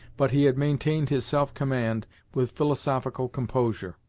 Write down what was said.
but he had maintained his self-command with philosophical composure.